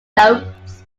notes